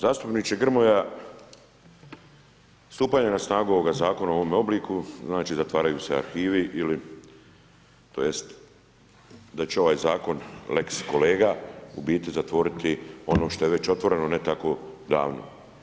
Zastupniče Grmoja, stupanje na snagu ovoga zakona u ovome obliku, znači zatvaraju se arhivi ili tj. da će ovaj zakon lex kolega, u biti zatvoriti ono što je već otvoreno ne tako davno.